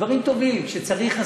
דברים טובים: כשצריך,